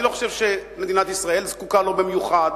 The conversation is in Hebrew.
אני לא חושב שמדינת ישראל זקוקה לו במיוחד.